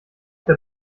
der